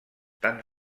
tan